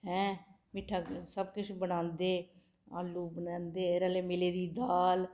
हैं मिट्ठा सब किश बनांदे आलू बनांदे रलै मिली दी दाल